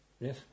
Yes